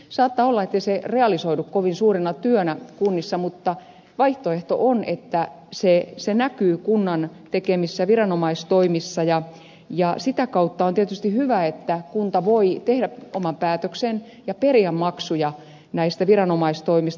saattaa olla ettei se realisoidu kovin suurena työnä kunnissa mutta vaihtoehto on että se näkyy kunnan tekemissä viranomaistoimissa ja sitä kautta on tietysti hyvä että kunta voi tehdä oman päätöksen ja periä maksuja näistä viranomaistoimista